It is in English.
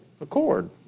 accord